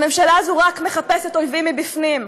הממשלה הזאת רק מחפשת אויבים מבפנים.